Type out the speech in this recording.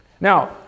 Now